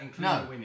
no